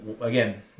again